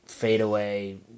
fadeaway